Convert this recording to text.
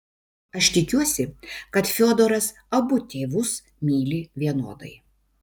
aš tikiuosi kad fiodoras abu tėvus myli vienodai